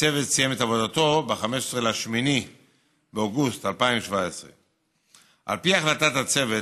הצוות סיים את עבודתו ב-15 באוגוסט 2017. על פי החלטת הצוות,